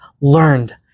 learned